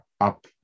up